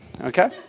okay